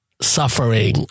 suffering